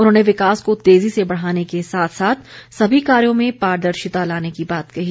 उन्होंने विकास को तेज़ी से बढ़ाने के साथ साथ सभी कार्यों में पारदर्शिता लाने की बात कही